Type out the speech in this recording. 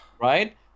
Right